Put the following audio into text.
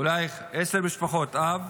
אולי עשר משפחות אב.